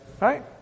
Right